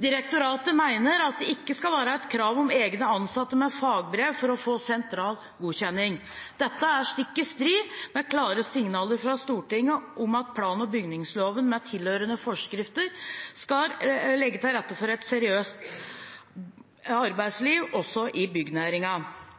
Direktoratet mener at det ikke skal være krav om egne ansatte med fagbrev for å få sentral godkjenning. Dette er stikk i strid med klare signaler fra Stortinget om at plan- og bygningsloven med tilhørende forskrifter skal legge til rette for et seriøst arbeidsliv også i